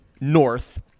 north